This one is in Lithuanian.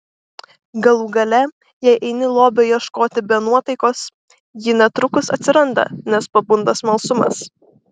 galų gale jei eini lobio ieškoti be nuotaikos ji netrukus atsiranda nes pabunda smalsumas